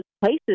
places